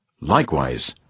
Likewise